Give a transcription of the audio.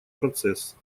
процесс